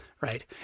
right